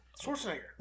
schwarzenegger